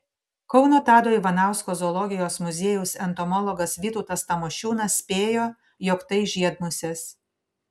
kauno tado ivanausko zoologijos muziejaus entomologas vytautas tamošiūnas spėjo jog tai žiedmusės